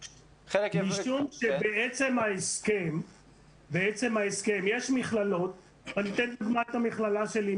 בעצם ההסכם יש מכללות ואני אתן לדוגמה את המכללה שלי,